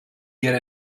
get